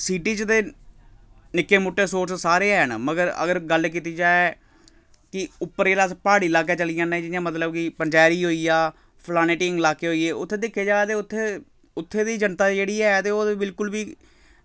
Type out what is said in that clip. city च ते निक्के मुट्टे सोर्स सारे हैन मगर अगर गल्ल कीती जाए कि उप्पर जेल्लै अस प्हाड़ी लाके चली जन्ने जि'यां मतलब कि पंचैरी होई गेआ फलाने टींग इलाके होई गे उत्थै दिक्खेआ जाए ते उत्थै उत्थै दी जनता जेह्ड़ी ऐ ते ओह् बिलकुल बी